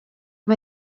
mae